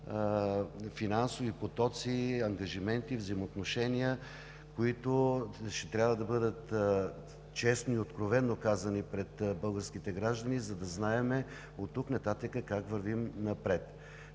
финансови потоци, ангажименти, взаимоотношения, които ще трябва да бъдат честно и откровено казани пред българските граждани, за да знаем оттук нататък как вървим напред.